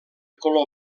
color